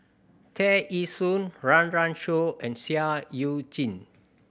Tear Ee Soon Run Run Shaw and Seah Eu Chin